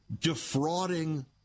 defrauding